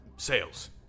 Sales